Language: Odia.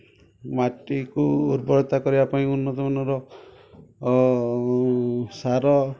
ମାଟିକୁ ଉର୍ବରତା କରିବାପାଇଁ ଉନ୍ନତମାନର ସାର